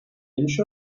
inch